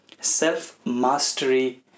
Self-mastery